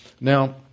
Now